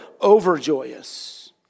overjoyous